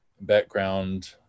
background